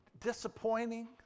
disappointing